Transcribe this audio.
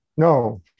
No